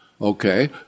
Okay